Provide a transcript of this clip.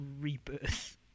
Rebirth